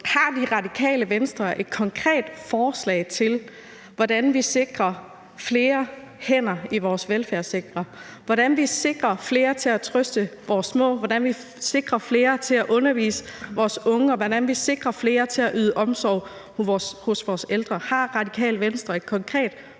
Har Radikale Venstre et konkret forslag til, hvordan vi sikrer flere hænder i vores velfærdssektor, hvordan vi sikrer flere til at trøste vores små, hvordan vi sikrer flere til at undervise vores unge, og hvordan vi sikrer flere til at yde omsorg for vores ældre? Har Radikale Venstre et konkret forslag